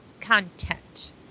content